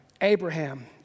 Abraham